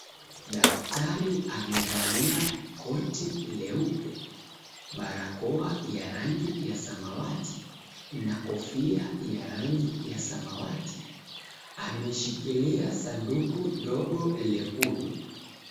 Daktari amevalia koti leupe, barakoa ya rangi ya samawati, na kofia ya rangi ya samawati. Ameshikilia sanduku lekundu.